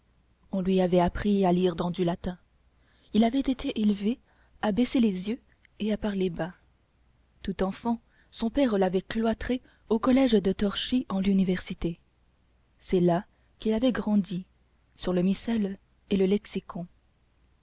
on lui avait appris à lire dans du latin il avait été élevé à baisser les yeux et à parler bas tout enfant son père l'avait cloîtré au collège de torchi en l'université c'est là qu'il avait grandi sur le missel et le lexicon